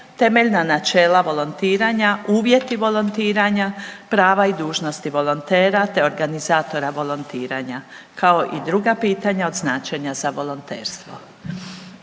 temeljna načela volontiranja, uvjeti volontiranja, prava i dužnosti volontera, te organizatora volontiranja, kao i druga pitanja od značenja za volonterstvo.